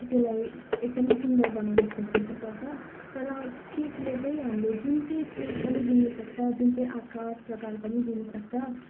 त्यसलई एकदम सुन्दर बनाउनु खोज्नु चाहिँ पर्छ तर स्केचले चाहिँ हामीले जुन चाहिँ सेप पनि दिनु सक्छ जुन चाहिँ आकार प्रकार पनि दिनु सक्छ